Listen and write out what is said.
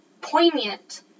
poignant